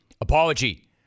apology